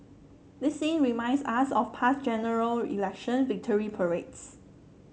this scene reminds us of past General Election victory parades